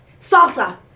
Salsa